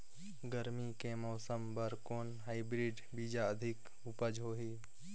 गरमी के मौसम बर कौन हाईब्रिड बीजा अधिक उपज होही?